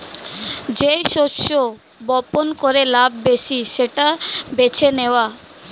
যেই শস্য বপন করে লাভ বেশি সেটা বেছে নেওয়া